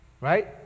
right